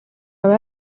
aba